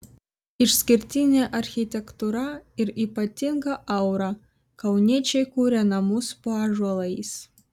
išskirtinė architektūra ir ypatinga aura kauniečiai kuria namus po ąžuolais